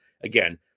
Again